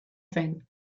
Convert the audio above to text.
zen